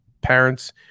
parents